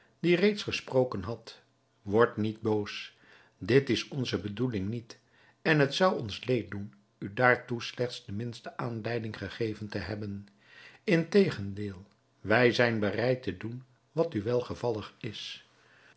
die reeds gesproken had word niet boos dit is onze bedoeling niet en het zou ons leed doen u daartoe slechts de minste aanleiding gegeven te hebben integendeel wij zijn bereid te doen wat u welgevallig is